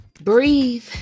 breathe